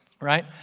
right